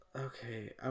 Okay